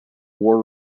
war